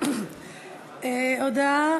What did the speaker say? הודעה